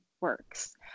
works